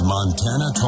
Montana